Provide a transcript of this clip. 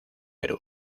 perú